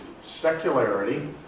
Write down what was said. secularity